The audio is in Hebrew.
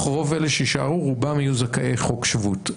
רוב אלה שיישארו רובם יהיו זכאי חוק שבות.